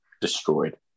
destroyed